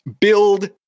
build